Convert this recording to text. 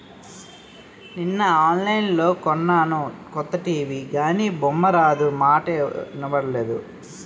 నిన్న ఆన్లైన్లో కొన్నాను కొత్త టీ.వి గానీ బొమ్మారాదు, మాటా ఇనబడదు